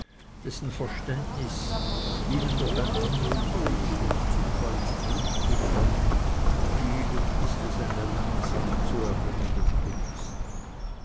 dessen verständnis ihnen durch ein handumdrehen durch zufall und glück gekommen vielen ist es eine langsam zu erringende kunst